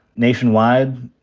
nationwide,